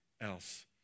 else